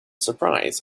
surprise